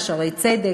"שערי צדק",